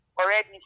already